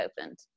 opened